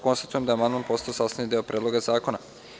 Konstatujem da je amandman postao sastavni deo Predloga zakona.